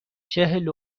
چهل